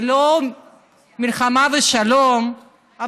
זה לא מלחמה ושלום,